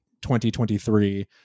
2023